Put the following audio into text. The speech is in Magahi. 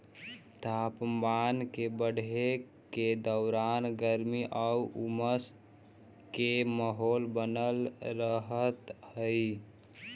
तापमान के बढ़े के दौरान गर्मी आउ उमस के माहौल बनल रहऽ हइ